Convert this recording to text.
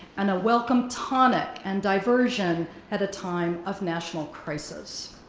and a welcome tonic and diversion at a time of national crisis.